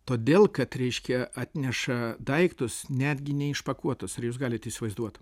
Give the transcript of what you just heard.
todėl kad reiškia atneša daiktus netgi neišpakuotus ir jūs galit įsivaizduot